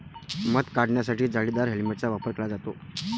मध काढण्यासाठी जाळीदार हेल्मेटचा वापर केला जातो